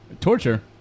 Torture